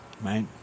right